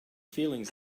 feelings